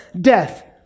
death